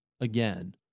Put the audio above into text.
again